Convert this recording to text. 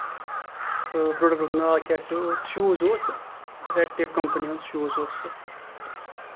تہٕ بروڈکٹُک ناو کیاہ سا اوس شوٗز اوس تہٕ ریڈ ٹیپ کَمپٔنی ہُنٛد شوٗز اوس سُہ